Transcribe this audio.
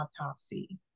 autopsy